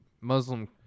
Muslim